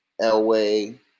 Elway